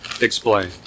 Explain